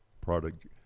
product